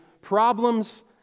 problems